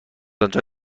آنجا